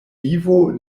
vivo